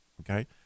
okay